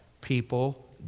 people